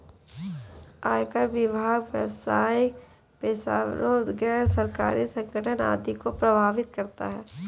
आयकर विभाग व्यावसायिक पेशेवरों, गैर सरकारी संगठन आदि को प्रभावित करता है